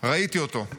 ראיתי אותו.